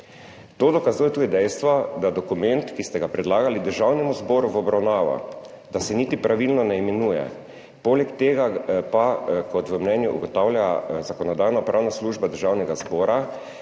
To dokazuje tudi dejstvo, da dokument, ki ste ga predlagali Državnemu zboru v obravnavo, da se niti pravilno ne imenuje. Poleg tega pa, kot v mnenju ugotavlja Zakonodajno-pravna služba Državnega zbora,